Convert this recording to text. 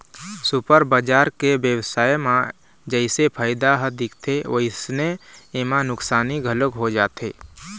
super बजार के बेवसाय म जइसे फायदा ह दिखथे वइसने एमा नुकसानी घलोक हो जाथे